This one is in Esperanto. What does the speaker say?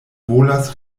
volas